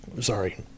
sorry